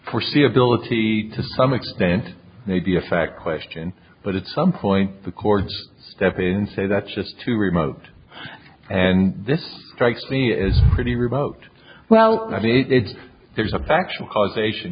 foreseeability to some extent may be a fact question but it's some point the courts step in and say that's just too remote and this strikes me as pretty remote well i mean it there's a factual causation